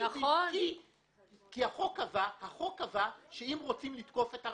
כי החוק קבע שאם רוצים לתקוף את הרשות,